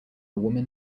woman